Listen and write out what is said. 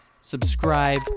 subscribe